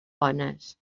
bones